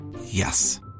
Yes